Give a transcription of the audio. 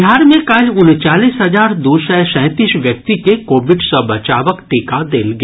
बिहार मे काल्हि उनचालीस हजार दू सय सैंतीस व्यक्ति के कोविड सँ बचावक टीका देल गेल